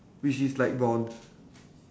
which is light brown